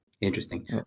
interesting